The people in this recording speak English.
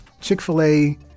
Chick-fil-A